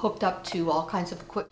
booked up to all kinds of qui